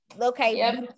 okay